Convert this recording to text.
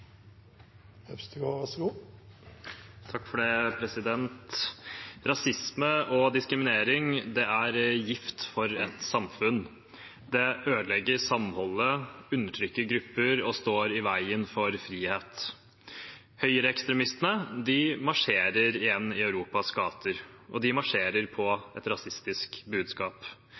gift for et samfunn. Det ødelegger samholdet, undertrykker grupper og står i veien for frihet. Høyreekstremistene marsjerer igjen i Europas gater, og de marsjerer med et rasistisk budskap.